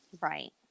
Right